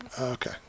Okay